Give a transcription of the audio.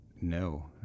No